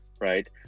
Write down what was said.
right